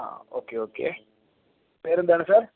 ആ okay okay പേരെന്താണ് sir